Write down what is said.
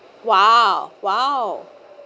!wow! !wow!